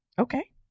Okay